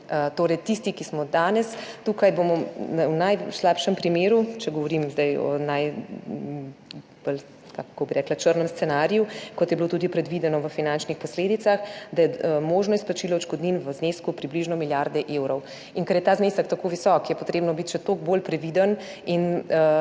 Torej, tisti, ki smo danes tukaj, bomo v najslabšem primeru, če govorim zdaj o najbolj črnem scenariju, kot je bilo tudi predvideno v finančnih posledicah, da je možno izplačilo odškodnin v znesku približno milijarde evrov. Ker je ta znesek tako visok, je treba biti še toliko bolj previden in